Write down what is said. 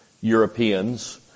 Europeans